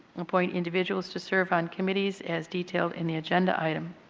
appoint individuals to serve on committees as detailed in the agenda item.